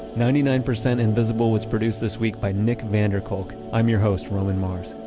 ninety nine percent invisible was produced this week by nick van der kolk. i'm your host, roman mars.